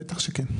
בטח שכן.